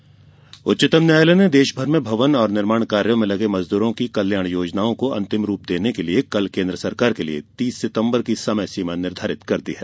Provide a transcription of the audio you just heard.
निर्माण मजदूर उच्चतम न्यायालय ने देश भर में भवन और निर्माण कार्यों में लगे मजदूरों की कल्याण योजना को अंतिम रूप देने के लिए कल केंद्र सरकार के लिए तीस सितम्बर की समय सीमा निर्धारित कर दी है